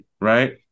right